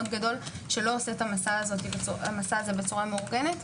גדול שלא עושה את המסע הזה בצורה מאורגנת.